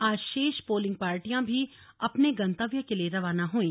आज शेष पोलिंग पार्टियां भी अपने गंतव्य के लिए रवाना हुईं